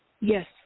Yes